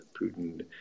Putin